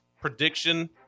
prediction